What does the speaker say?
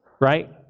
Right